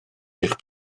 eich